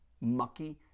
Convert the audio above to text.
mucky